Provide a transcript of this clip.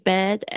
Bed